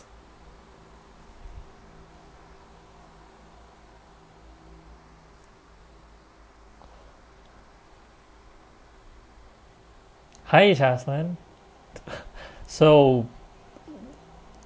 hi jasmine so